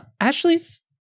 Ashley's